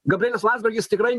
gabrielius landsbergis tikrai